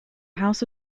house